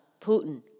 Putin